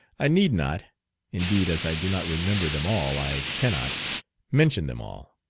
i need not indeed as i do not remember them all i cannot mention them all.